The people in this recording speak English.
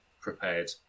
prepared